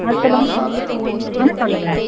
ஆ சொல்லுங்க ஆ சொல்லுங்க